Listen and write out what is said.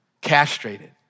castrated